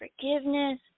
forgiveness